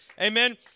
Amen